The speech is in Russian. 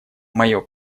мое